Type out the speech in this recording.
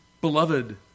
Beloved